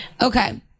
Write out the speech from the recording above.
Okay